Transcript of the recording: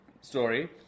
story